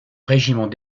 régiment